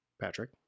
Patrick